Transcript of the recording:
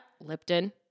Lipton